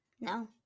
No